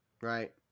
Right